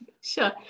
Sure